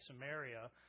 Samaria